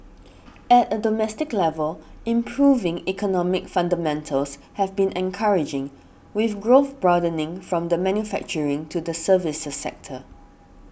at a domestic level improving economic fundamentals have been encouraging with growth broadening from the manufacturing to the services sectors